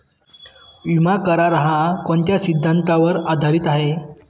विमा करार, हा कोणत्या सिद्धांतावर आधारीत आहे?